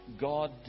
God